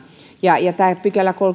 ja ja tämä kolmaskymmeneskuudes